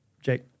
Jake